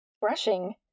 Brushing